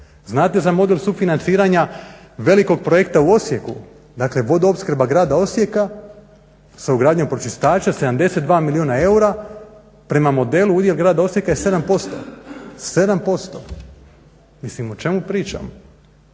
Znate za model sufinanciranja velikog projekta u Osijeku dakle vodoopskrba grada Osijeka sa ugradnjom pročistača 72 milijuna eura prema modelu udjel grada Osijeka je 7% Mislim o čemu pričamo.